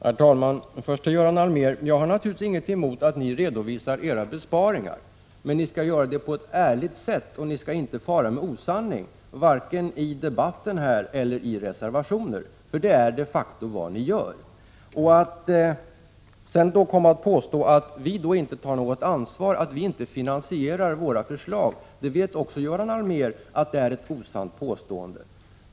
Herr talman! Först till Göran Allmér. Jag har naturligtvis ingenting emot att ni redovisar era besparingar, men ni skall göra det på ett ärligt sätt och inte fara med osanning, varken i debatten eller i reservationer, för det är de facto vad ni gör. Och att sedan komma och påstå att vi inte tar något ansvar, att vi inte finansierar våra förslag! Göran Allmér vet att också det är ett osant påstående.